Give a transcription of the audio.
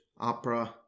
opera